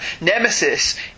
Nemesis